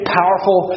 powerful